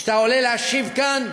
כשאתה עולה להשיב כאן